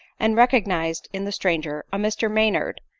and recognised in the stranger a mr maynard,